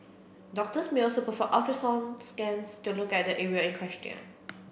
doctors may also perform ultrasound scans to look at the area in question